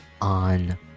on